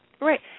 Right